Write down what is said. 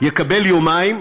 יקבל יומיים,